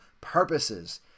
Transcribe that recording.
purposes